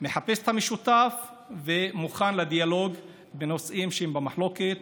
מחפש את המשותף ומוכן לדיאלוג בנושאים שהם במחלוקת.